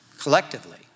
collectively